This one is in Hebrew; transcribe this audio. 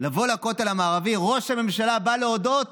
לבוא לכותל המערבי, של ראש הממשלה בא להודות.